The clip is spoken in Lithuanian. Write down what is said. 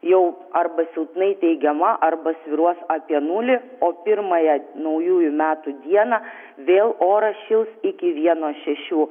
jau arba silpnai teigiama arba svyruos apie nulį o pirmąją naujųjų metų dieną vėl oras šils iki vieno šešių